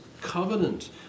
covenant